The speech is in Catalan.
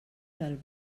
del